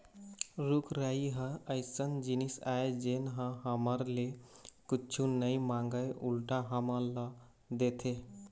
रूख राई ह अइसन जिनिस आय जेन ह हमर ले कुछु नइ मांगय उल्टा हमन ल देथे